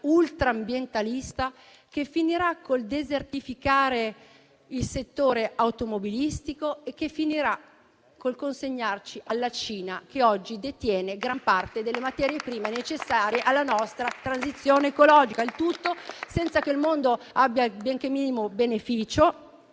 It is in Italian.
ultra-ambientalista, che finirà col desertificare il settore automobilistico e col consegnarci alla Cina, che oggi detiene gran parte delle materie prime necessarie alla nostra transizione ecologica. Il tutto senza che il mondo ne abbia il benché minimo beneficio,